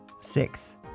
Sixth